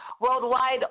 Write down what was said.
worldwide